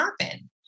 happen